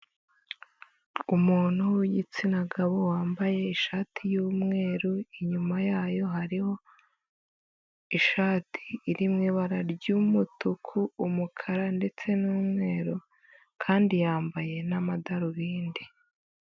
Umuntu w'igitsina gabo, wambaye ishati y'umweru, inyuma yayo hariho ishati iri mu ibara ry'umutuku, umukara ndetse n'umweru kandi yambaye n'amadarubindi.